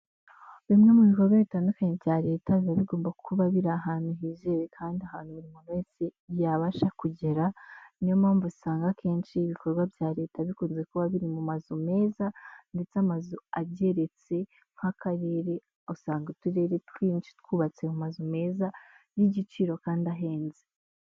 Bimwe mu bikorwa bitandukanye bya leta biba bigomba kuba biri ahantu hizewe kandi ahantu buri muntu wese yabasha kugera. Niyo mpamvu usanga akenshi ibikorwa bya leta bikunze kuba biri mu mazu meza ndetse amazu ageretse nk'Akarere usanga uturere twinshi twubatse mu mazu meza y'igiciro kandi ahenze.